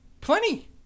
Plenty